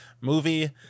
movie